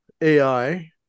AI